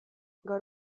gaur